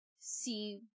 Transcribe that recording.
See